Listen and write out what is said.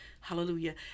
Hallelujah